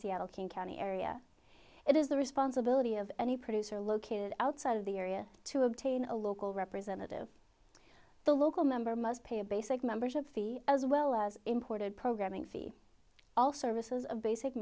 seattle king county area it is the responsibility of any producer located outside of the area to obtain a local representative the local member must pay a basic membership fee as well as imported programming fee all services of basic